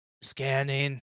Scanning